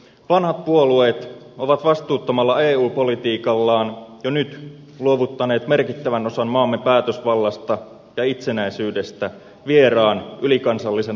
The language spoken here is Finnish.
vanhat puolueet ovat vastuuttomalla eu politiikallaan jo nyt luovuttaneet merkittävän osan maamme päätösvallasta ja itsenäisyydestä vieraan ylikansallisen vallan alle